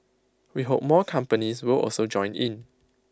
we hope more companies will also join in